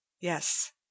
Yes